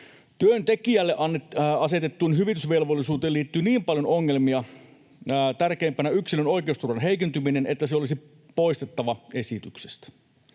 Työntekijälle asetettuun hyvitysvelvollisuuteen liittyy niin paljon ongelmia, tärkeimpänä yksilön oikeusturvan heikentyminen, että se olisi poistettava esityksestä.